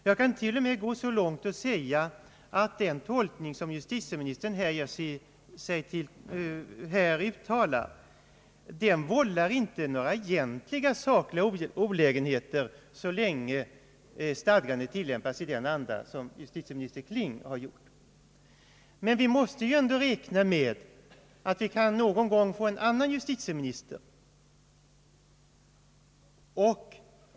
Jag kan till och med gå så långt att jag säger att den tolkning som justitieministern här uttalat inte vållar några egentliga sakliga olägenheter så länge stadgandena tillämpas i justitieminister Klings anda. Men vi måste ändå räkna med att vi någon gång kan få en annan justitieminister.